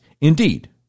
Indeed